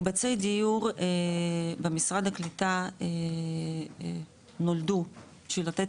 מקבצי דיור במשרד הקליטה נולדו בשביל לתת